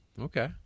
okay